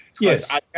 Yes